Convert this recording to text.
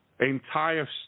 entire